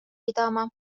pidama